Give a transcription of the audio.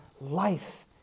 life